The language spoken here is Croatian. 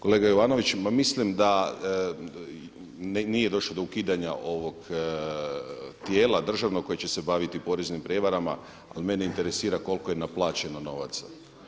Kolega Jovanović, mislim da nije došlo do ukidanja ovog tijela državnog koje će se baviti poreznim prijevarama, ali mene interesira koliko je naplaćeno novaca.